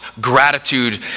gratitude